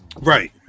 Right